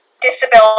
disability